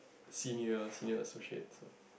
senior senior associates ah